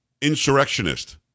insurrectionist